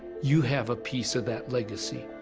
you have a piece of that legacy,